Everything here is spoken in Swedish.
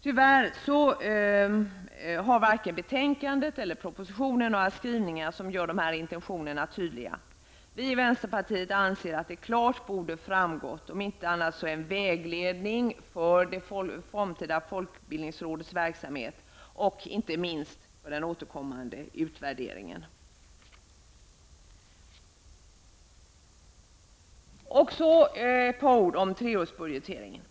Tyvärr har varken betänkandet eller propositionen några skrivningar som gör dessa intentioner tydliga. Vi i vänsterpartiet anser att dessa klart borde framgå, inte minst som en vägledning för det framtida folkbildningsrådets verksamhet och för den kommande utvärderingen. Så ett par ord om treårsbudgeteringen.